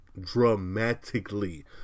dramatically